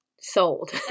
sold